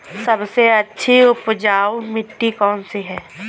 सबसे अच्छी उपजाऊ मिट्टी कौन सी है?